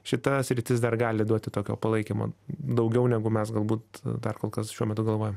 šita sritis dar gali duoti tokio palaikymo daugiau negu mes galbūt dar kol kas šiuo metu galvojam